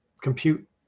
compute